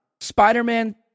spider-man